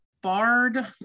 barred